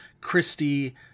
Christie